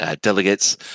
delegates